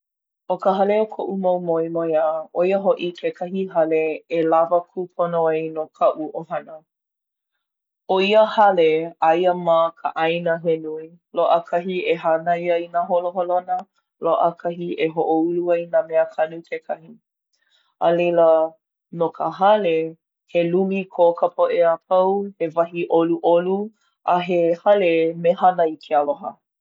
ʻO ka hale o koʻu mau moemoeā, ʻo ia hoʻi kekahi hale e lawa kūpono ai no kaʻu ʻohana. ʻO ia hale, aia ma ka ʻāina he nui. Loaʻa kahi e hānai ai nā holoholona. Loaʻa kahi e hoʻoulu ai nā meakanu kekahi. A leila no ka hale, he lumi ko ka poʻe a pau. He wahi ʻoluʻolu. A he hale mehana i ke aloha.